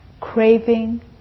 craving